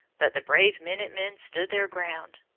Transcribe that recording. but the brave minute-men stood their ground.